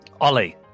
Ollie